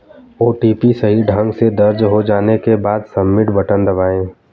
OTP सही ढंग से दर्ज हो जाने के बाद, सबमिट बटन दबाएं